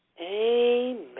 Amen